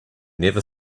never